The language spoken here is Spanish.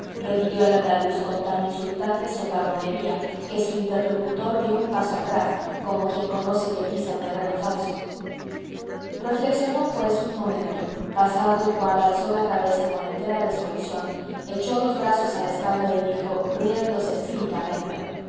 repitió el andaluz con tan insultante socarronería que su interlocutor dió un paso atrás como quien conoce que pisa terreno falso reflexionó pues un momento pasado el cual alzó la cabeza con entera resolución echó los brazos a la espalda y dijo riéndose cínicamente